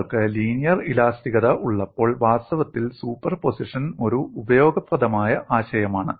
നിങ്ങൾക്ക് ലീനിയർ ഇലാസ്തികത ഉള്ളപ്പോൾ വാസ്തവത്തിൽ സൂപ്പർപോസിഷൻ ഒരു ഉപയോഗപ്രദമായ ആശയമാണ്